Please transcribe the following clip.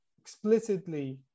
explicitly